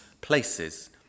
places